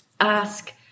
ask